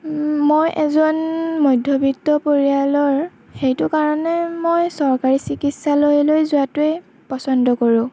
মই এজন মধ্যবিত্ত পৰিয়ালৰ সেইটো কাৰণে মই চৰকাৰী চিকিৎসালয়লৈ যোৱাটোৱেই পচন্দ কৰোঁ